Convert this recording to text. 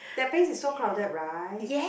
that place is so crowded right